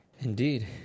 Indeed